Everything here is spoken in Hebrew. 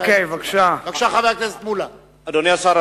אדוני השר,